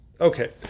Okay